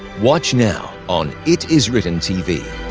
watch now on it is written tv.